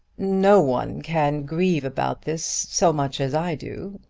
no one can grieve about this so much as i do,